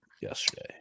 yesterday